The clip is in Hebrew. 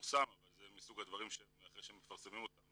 פורסם אבל זה מסוג הדברים שאחרי שמפרסמים אותם